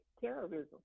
terrorism